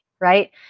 right